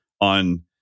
on